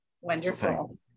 Wonderful